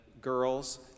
girls